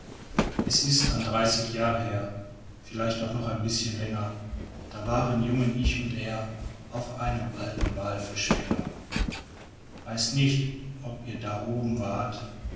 es ist an dreißig jahre her vielleicht auch noch ein bischen länger da waren jungen ich und er auf einem alten walfischfänger weiß nicht ob ihr da oben wart